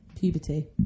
puberty